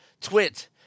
twit